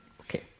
okay